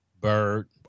Bird